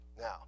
Now